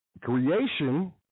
creation